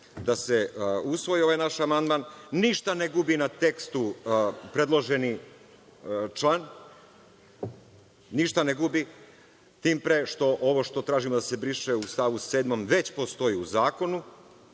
da se usvoji ovaj naš amandman. Ništa ne gubi na tekstu predloženi član, ništa ne gubi, tim pre što ovo što tražimo da se briše u stavu 7. već postoji u zakonu. Što